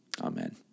Amen